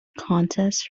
contests